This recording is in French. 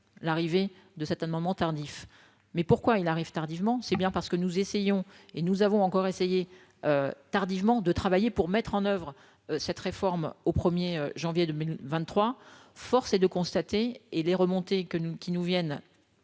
l'arrivée de certains moments tardif mais pourquoi il arrive tardivement, c'est bien parce que nous essayons et nous avons encore essayer tardivement de travailler pour mettre en oeuvre cette réforme au 1er janvier 2023, force est de constater, et les remontées que nous, qui nous